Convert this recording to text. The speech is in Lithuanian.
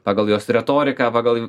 pagal jos retoriką vagal